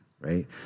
Right